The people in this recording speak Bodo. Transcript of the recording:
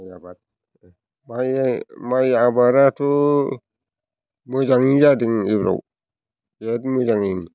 माइ आबाद माइ माइ आबादाथ' मोजाङैनो जादों एबाराव बिराथ मोजाङैनो